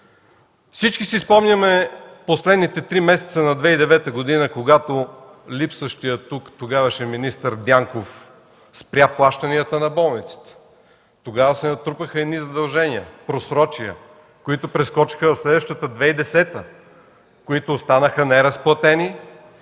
Всички си спомняме последните 3 месеца на 2009 г., когато липсващият тук тогавашен министър Дянков спря плащанията на болниците. Тогава се натрупаха едни задължения, просрочия, които прескочиха в следващата – 2010 г., които останаха неразплатени.